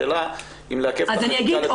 השאלה היא האם לעכב את החקיקה לטובת הדיון?